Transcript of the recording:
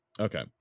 Okay